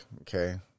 okay